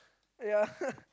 ya